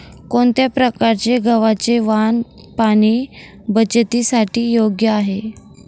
कोणत्या प्रकारचे गव्हाचे वाण पाणी बचतीसाठी योग्य आहे?